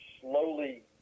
slowly